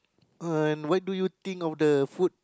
and what do you think of the food